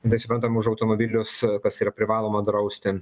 tai suprantam už automobilius kas yra privaloma drausti